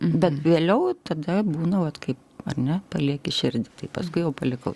bet vėliau tada būna vat kai ar ne palieki širdį tai paskui jau palikau